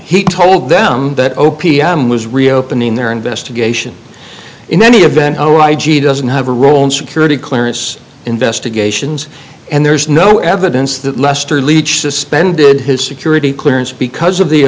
he told them that o p m was reopening their investigation in any event oh i g doesn't have a role in security clearance investigations and there's no evidence that lester leach suspended his security clearance because of the